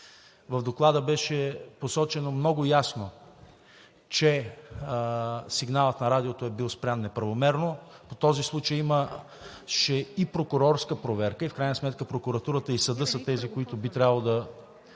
В доклада беше посочено много ясно, че сигналът на Радиото е бил спрян неправомерно. По този случай имаше и прокурорска проверка и в крайна сметка прокуратурата и съдът са тези, които би трябвало да